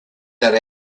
that